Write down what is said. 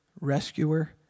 rescuer